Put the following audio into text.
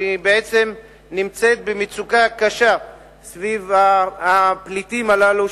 שבעצם נמצאת במצוקה קשה סביב הפליטים הללו,